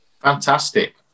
Fantastic